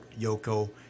Yoko